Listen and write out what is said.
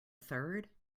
third